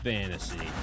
Fantasy